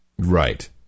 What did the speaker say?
Right